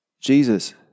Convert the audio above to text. Jesus